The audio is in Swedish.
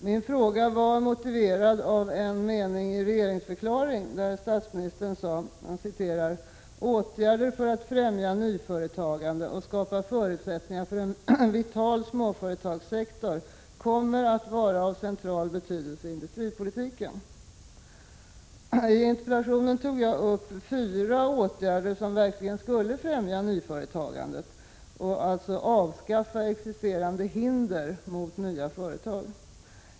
Min fråga föranleddes av en mening i regeringsförklaringen, där statsmi 21 nistern sade: ”Åtgärder för att främja nyföretagande och skapa förutsättningar för en vital småföretagssektor kommer att vara av central betydelse i industripolitiken.” I interpellationen tog jag upp fyra åtgärder, som verkligen skulle främja nyföretagandet och alltså avskaffa existerande hinder mot nya företag.